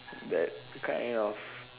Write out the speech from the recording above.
that kind of